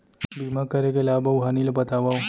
बीमा करे के लाभ अऊ हानि ला बतावव